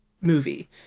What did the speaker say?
movie